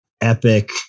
epic